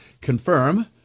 confirm